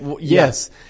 yes